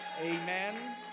Amen